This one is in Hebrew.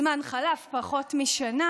הזמן חלף, פחות משנה,